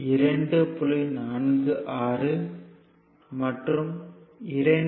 46 மற்றும் 2